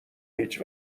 هیچ